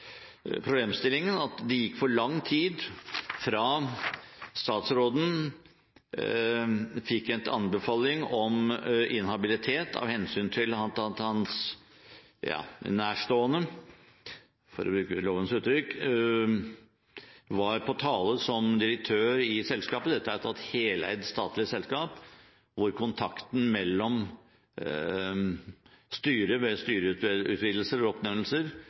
problemstillingen kort sagt at det gikk for lang tid fra statsråden fikk en anbefaling om inhabilitet av hensyn til at hans nærstående, for å bruke lovens uttrykk, var på tale som direktør i selskapet. Dette er et heleid statlig selskap, hvor kontakten med styret ved styreutvidelser og oppnevnelser